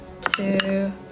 Two